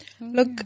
Look